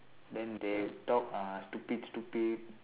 then they talk uh stupid stupid